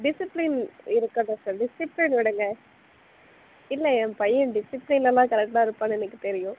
discipline இருக்கட்டும் sir discipline விடுங்கள் இல்லை என் பையன் டிசிப்ளீன் எல்லாம் கரெக்டாக இருக்கான்னு எனக்கு தெரியும்